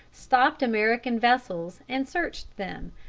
stopped american vessels and searched them,